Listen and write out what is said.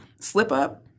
slip-up